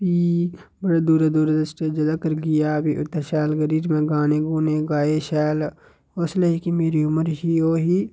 प्ही बड़ी दूरै दूरै दे स्टेजें तक्कर गेआ प्ही उत्थै शैल करियै में गाने गूने गाए शैल उसलै जेह्की मेरी उमर ही ओह् ही